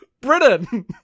britain